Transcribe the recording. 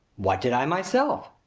what did i myself?